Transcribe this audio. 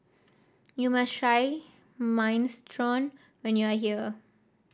you must try Minestrone when you are here